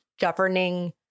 governing